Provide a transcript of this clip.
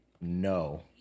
no